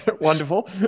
Wonderful